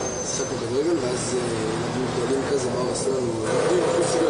שירה כסלו מהמיזם הרב מגזרי למיגור העישון ואחריה פרופ' חגי